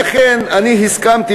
לכן אני הסכמתי,